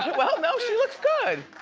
well no she looks good.